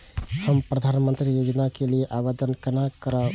हम प्रधानमंत्री योजना के लिये आवेदन केना करब?